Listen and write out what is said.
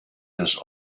des